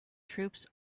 troops